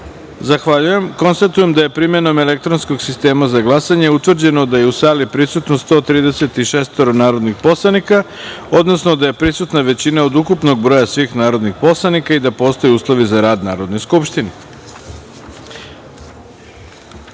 jedinice. Zahvaljujem. Konstatujem da je primenom elektronskog sistema za glasanje utvrđeno da je u sali prisutno 136 narodnih poslanika, odnosno da je prisutna većina od ukupnog broja svih narodnih poslanika i da postoje uslovi za rad Narodne skupštine. Dostavljen